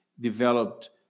developed